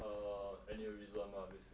err aneurysm lah basically